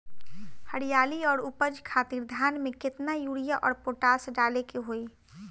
हरियाली और उपज खातिर धान में केतना यूरिया और पोटाश डाले के होई?